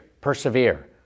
persevere